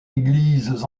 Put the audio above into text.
églises